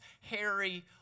Harry